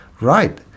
right